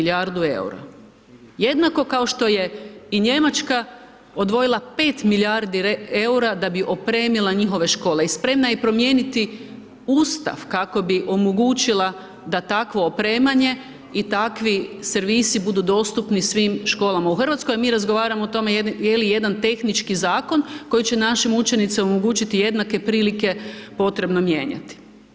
Jednako kao što je i Njemačka odvojila 5 milijardi eura da bi opremila njihove škole i spremna je promijeniti Ustav kako bi omogućila da takvo opremanje i takvi servisi budu dostupni svim školama u Hrvatskoj a mi razgovaramo o tome je li jedan tehnički zakon koji će našim učenicima omogućiti jednake prilike, potrebno mijenjati.